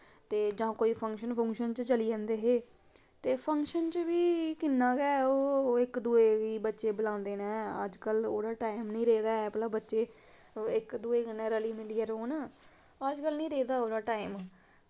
ते जां कोई फंक्शन फुंक्शन च चली जंदे हे ते फंक्शन च बी किन्ना गै ओह इक दुए गी बच्चे बलांदे न अजकल ओह्कड़ा टैम नी रेह्दा ऐ भला बच्चे इक दुऐ कन्नै रली मिलियै रौह्न अजकल नी रेह् दा ओह्कड़ा टैम